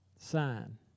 sign